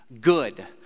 good